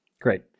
great